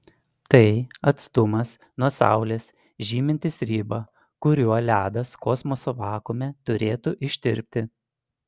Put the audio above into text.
tai atstumas nuo saulės žymintis ribą kuriuo ledas kosmoso vakuume turėtų ištirpti